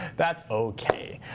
that's ok.